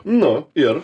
nu ir